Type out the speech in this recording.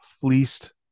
fleeced